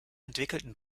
entwickelten